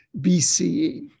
BCE